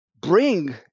bring